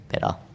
better